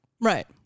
Right